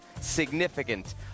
significant